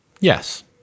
Yes